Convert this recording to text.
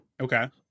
Okay